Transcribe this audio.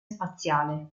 spaziale